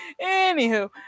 Anywho